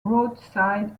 roadside